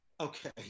Okay